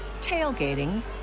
tailgating